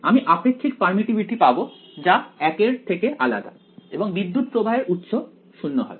আমি আপেক্ষিক পারমিটিভিটি পাব যা 1 এর থেকে আলাদা এবং বিদ্যুত্ প্রবাহের উৎস 0 হবে